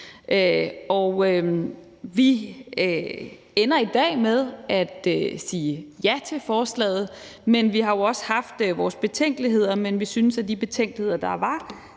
Vi ender i dag med at sige ja til forslaget, men vi har jo også haft vores betænkeligheder, men vi er blevet betrygget ved at